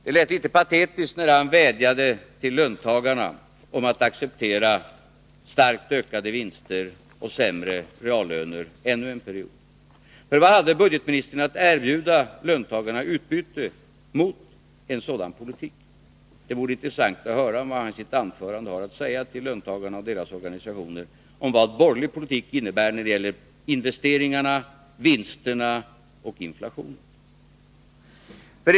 Det lät litet patetiskt när han vädjade till löntagarna om att acceptera starkt ökade vinster och sämre reallöner ännu en period, för vad hade budgetministern att erbjuda löntagarna i utbyte mot en sådan politik? Det vore intressant att höra vad han i sitt anförande har att säga till löntagarna och deras organisationer om vad borgerlig politik innebär när det gäller investeringarna, vinsterna och inflationen.